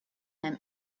them